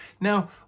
now